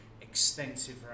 extensive